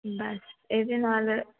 but ਇਹਦੇ ਨਾਲ